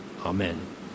Amen